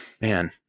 man